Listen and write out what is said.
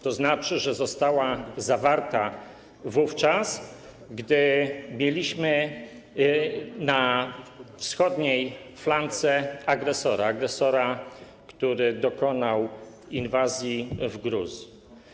To znaczy, że została zawarta wówczas, gdy mieliśmy na wschodniej flance agresora, który dokonał inwazji w Gruzji.